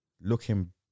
Looking